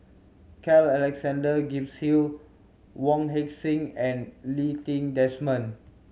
Carl Alexander Gibson Hill Wong Heck Sing and Lee Ti Desmond